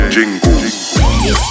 Jingle